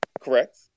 Correct